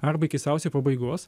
arba iki sausio pabaigos